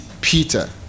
Peter